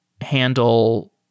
handle